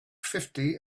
fifty